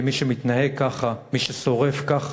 כי מי שמתנהג ככה, מי ששורף ככה,